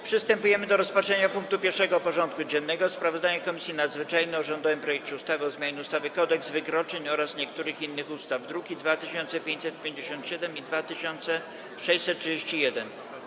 Przystępujemy do rozpatrzenia punktu 1. porządku dziennego: Sprawozdanie Komisji Nadzwyczajnej o rządowym projekcie ustawy o zmianie ustawy Kodeks wykroczeń oraz niektórych innych ustaw (druki nr 2557 i 2631)